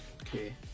Okay